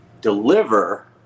deliver